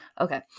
Okay